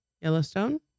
Yellowstone